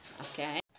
Okay